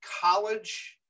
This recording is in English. college